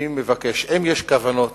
אני מבקש: אם יש לממשלה כוונות,